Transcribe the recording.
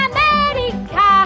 America